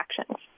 actions